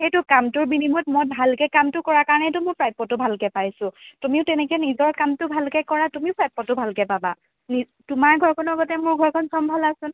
সেইটো কামটোৰ বিনিময়ত মই ভালকৈ কামটো কৰা কাৰণেতো মোৰ প্ৰাপ্যটো ভালকৈ পাইছোঁ তুমিও তেনেকৈ নিজৰ কামটো ভালকৈ কৰা তুমিও প্ৰাপ্যটো ভালকৈ পাবা তোমাৰ ঘৰখনৰ লগতে মোৰ ঘৰখন চম্ভালাচোন